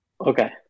Okay